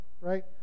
right